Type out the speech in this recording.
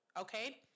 okay